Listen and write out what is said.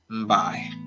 Bye